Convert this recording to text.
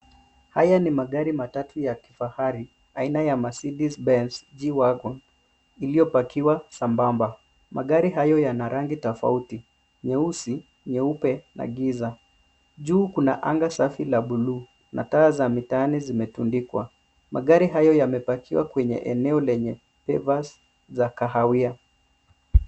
Haya ni magari matatu ya kifahari aina ya, Mercedes Benz G wagon, iliyopakiwa sambamba. Magari hayo yana rangi tofauti, nyeusi, nyeupe na giza. Juu kuna anga safi la bluu na taa za mitaani zimetundikwa. Magari hayo yamepakiwa kwenye eneo lenye pavers za kahawia.